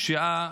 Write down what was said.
פשיעה,